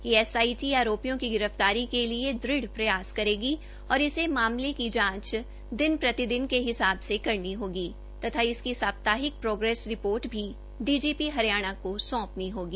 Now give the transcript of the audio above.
यह एसआईटी आरोपियों की गिरफतारी के लिए दृढ प्रयास करेगी और मामले की जांच दिन प्रति दिन के हिसाब से करनी होगी तथा इसकी साप्ताहिक प्रोग्रेस रिपोर्ट भी डीजीपी हरियाणा को सोंपनी होगी